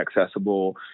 accessible